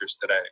today